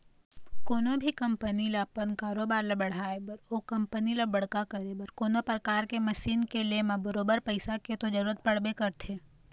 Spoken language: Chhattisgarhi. कोनो भी कंपनी ल अपन कारोबार ल बढ़ाय बर ओ कंपनी ल बड़का करे बर कोनो परकार के मसीन के ले म बरोबर पइसा के तो जरुरत पड़बे करथे